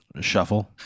Shuffle